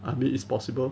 I mean it's possible